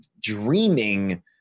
dreaming